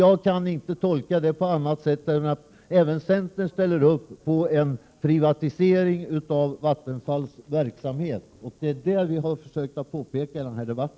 Jag kan inte tolka det på annat sätt än att även centern godkänner en privatisering av Vattenfalls verksamhet. Det är det jag har försökt påpeka i denna debatt.